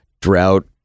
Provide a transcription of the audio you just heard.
drought